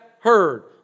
heard